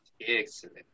Excellent